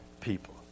people